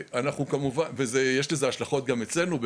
יש לנו השלכות גם אצלנו,